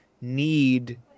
need